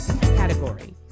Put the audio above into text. category